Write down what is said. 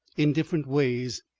in different ways.